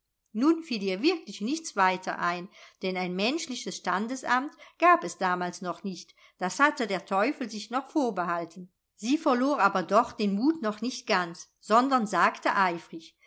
nun fiel ihr wirklich nichts weiter ein denn ein menschliches standesamt gab es damals noch nicht das hatte der teufel sich noch vorbehalten sie verlor aber doch den mut noch nicht ganz sondern sagte eifrig